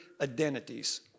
identities